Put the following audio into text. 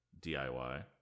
DIY